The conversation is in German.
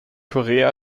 korea